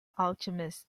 alchemist